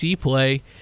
play